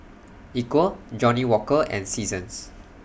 Equal Johnnie Walker and Seasons